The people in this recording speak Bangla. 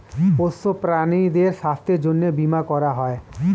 পোষ্য প্রাণীদের স্বাস্থ্যের জন্যে বীমা করা হয়